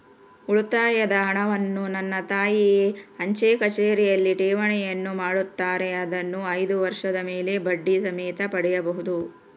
ಉಳಿತಾಯದ ಹಣವನ್ನು ನನ್ನ ತಾಯಿ ಅಂಚೆಕಚೇರಿಯಲ್ಲಿ ಠೇವಣಿಯನ್ನು ಮಾಡುತ್ತಾರೆ, ಅದನ್ನು ಐದು ವರ್ಷದ ಮೇಲೆ ಬಡ್ಡಿ ಸಮೇತ ಪಡೆಯಬಹುದು